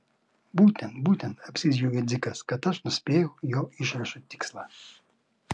būtent būtent apsidžiaugė dzikas kad aš nuspėjau jo išrašų tikslą